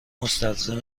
مستلزم